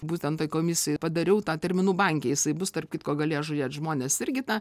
būtent tai komisijai padariau tą terminų banke jisai bus tarp kitko galės žiūrėt žmonės irgi tą